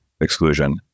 exclusion